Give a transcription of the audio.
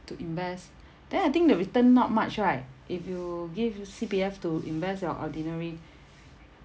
to invest then I think the return not much right if you give C_P_F to invest your ordinary